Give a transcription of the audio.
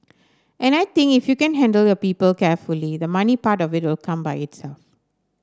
and I think if you can handle your people carefully the money part of it will come by itself